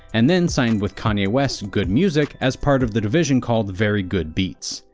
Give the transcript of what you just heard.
and then signed with kanye west's good music, as part of the division called very good beats.